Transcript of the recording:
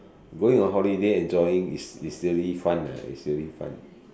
going on holiday enjoying is is really fun ah is really fun